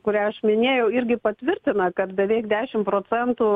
kurią aš minėjau irgi patvirtina kad beveik dešim procentų